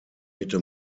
mitte